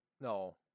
No